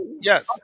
Yes